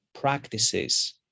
practices